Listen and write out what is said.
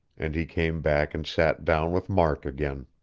and he came back and sat down with mark again.